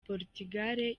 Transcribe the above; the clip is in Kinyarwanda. portugal